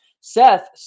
Seth